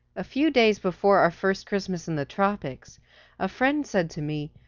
a few days before our first christmas in the tropics a friend said to me,